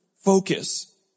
focus